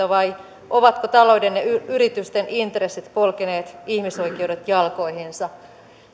vai ovatko talouden ja yritysten intressit polkeneet ihmisoikeudet jalkoihinsa